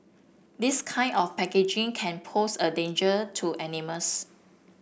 this kind of packaging can pose a danger to animals